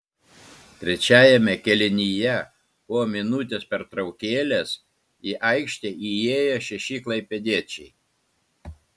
trečiajame kėlinyje po minutės pertraukėlės į aikštę įėjo šeši klaipėdiečiai